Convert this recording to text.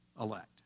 elect